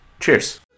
Cheers